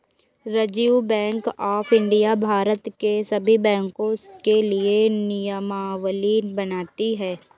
reserve bank of India Bharat के सभी बैंकों के लिए नियमावली बनाती है